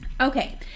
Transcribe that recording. Okay